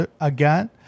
Again